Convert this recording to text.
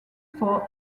for